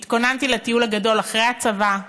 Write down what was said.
התכוננתי לטיול הגדול אחרי הצבא,